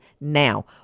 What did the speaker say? now